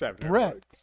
Brett